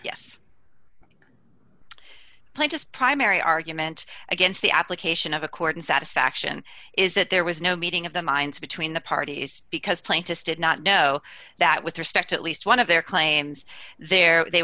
yes play just primary argument against the application of a court and satisfaction is that there was no meeting of the minds between the parties because scientists did not know that with respect to at least one of their claims there they